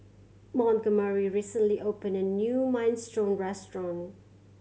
Montgomery recently opened a new Minestrone Restaurant